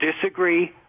disagree